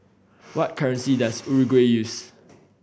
what currency does Uruguay use